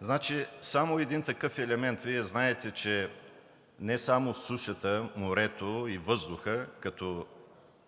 Значи, само един такъв елемент, Вие знаете, че не само сушата, морето и въздухът като